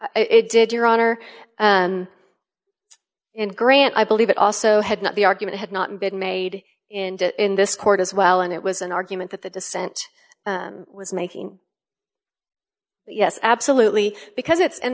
it did your honor and and grant i believe that also had not the argument had not been made in this court as well and it was an argument that the dissent was making yes absolutely because it's and